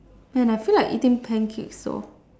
man I feel like eating pancakes so